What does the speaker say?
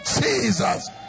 Jesus